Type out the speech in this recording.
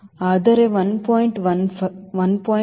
1 ರಿಂದ 1